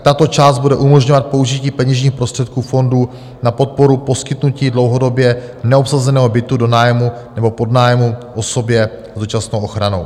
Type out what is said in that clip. Tato část bude umožňovat použití peněžních prostředků fondu na podporu poskytnutí dlouhodobě neobsazeného bytu do nájmu nebo podnájmu osobě s dočasnou ochranou.